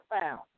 found